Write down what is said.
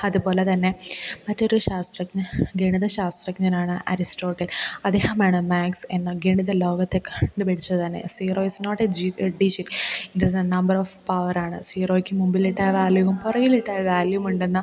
അതുപോലെതന്നെ മറ്റൊരു ശാസ്ത്രജ്ഞൻ ഗണിത ശാസ്ത്രജ്ഞനാണ് അരിസ്റ്റോട്ടിൽ അദ്ദേഹമാണ് മാക്സ് എന്ന ഗണിത ലോകത്തെ കണ്ടുപിടിച്ചത് തന്നെ സീറോ ഈസ് നോട്ട് എ ജി ഡിജിറ്റ് ഇട്ടീസെ നമ്പർ ഓഫ് പവറാണ് സീറോയ്ക്ക് മുമ്പിലിട്ടാല് വാല്യൂവും പുറകിലിട്ടാല് വാല്യൂവുമുണ്ടെന്ന്